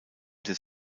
des